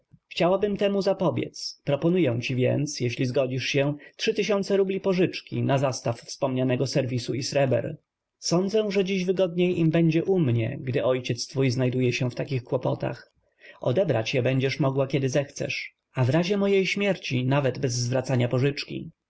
chciałabym temu zapobiedz proponuję ci więc jeżeli zgodzisz się rubli pożyczki na zastaw wspomnianego serwisu i sreber sądzę że dziś wygodniej będzie im u mnie gdy ojciec twój znajduje się w takich kłopotach odebrać je będziesz mogła kiedy zechcesz a wrazie mojej śmierci nawet bez zwracania pożyczki